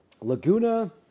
Laguna